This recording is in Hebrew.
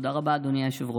תודה רבה, אדוני היושב-ראש.